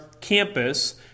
campus